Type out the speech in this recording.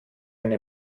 eine